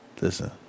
Listen